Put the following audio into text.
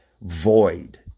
void